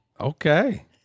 Okay